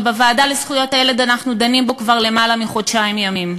ובוועדה לזכויות הילד אנחנו דנים בו כבר למעלה מחודשיים ימים,